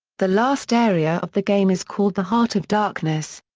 the last area of the game is called the heart of darkness.